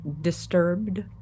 disturbed